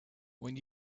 when